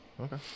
okay